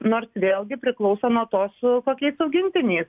nors vėlgi priklauso nuo to su kokiais augintiniais